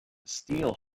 steel